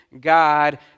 God